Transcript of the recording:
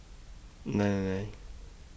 nine nine nine